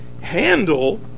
handle